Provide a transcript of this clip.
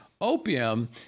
Opium